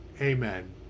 Amen